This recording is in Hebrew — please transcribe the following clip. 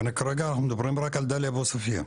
וכרגע אנחנו מדברים רק על דאליה ועוספיה.